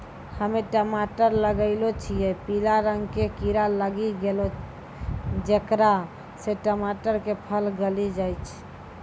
हम्मे टमाटर लगैलो छियै पीला रंग के कीड़ा लागी गैलै जेकरा से टमाटर के फल गली जाय छै?